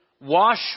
Wash